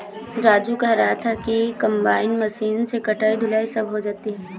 राजू कह रहा था कि कंबाइन मशीन से कटाई धुलाई सब हो जाती है